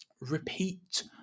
repeat